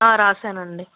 రాశానండి